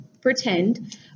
pretend